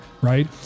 right